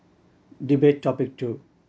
debate topic two